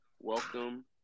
welcome